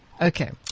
Okay